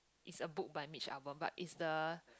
it's a book by Mitch-Albom but it's the